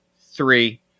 three